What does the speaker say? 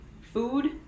Food